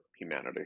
humanity